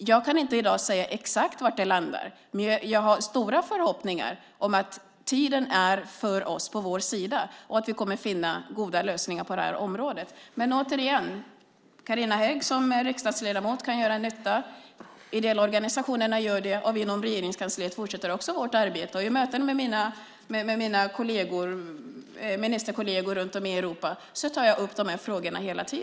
Jag kan i dag inte säga exakt var detta landar. Men jag har stora förhoppningar om att tiden är på vår sida och att vi kommer att finna goda lösningar på detta område. Men återigen vill jag säga att Carina Hägg som riksdagsledamot kan göra nytta. De ideella organisationerna gör det, och vi inom Regeringskansliet fortsätter också vårt arbete. Vid möten med mina ministerkolleger runt om i Europa tar jag hela tiden upp dessa frågor.